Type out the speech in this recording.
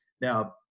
Now